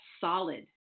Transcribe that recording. solid